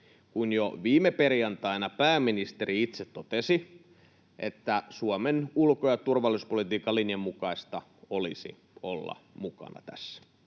Kun jo viime perjantaina pääministeri itse totesi, että Suomen ulko‑ ja turvallisuuspolitiikan linjan mukaista olisi olla mukana tässä